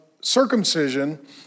circumcision